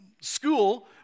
school